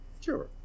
Sure